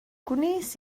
gwnes